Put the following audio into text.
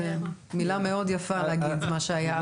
זו מילה מאוד מאוד יפה להגיד "שירתי